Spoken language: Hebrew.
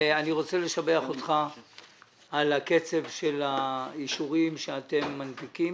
אני רוצה לשבח אותך על הקצב של האישורים שאתם מנפיקים.